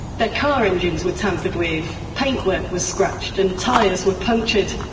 their car engines were tampered with, paintwork was scratched and tyres were punctured.